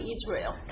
Israel